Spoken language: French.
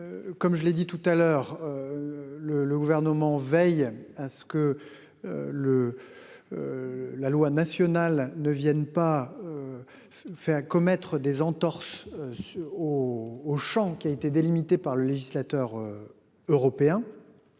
Comme je l'ai dit tout à l'heure. Le le gouvernement veille à ce que. Le. La loi nationale ne viennent pas. Fait à commettre des entorses. Au Auchan qui a été délimité par le législateur. Européen.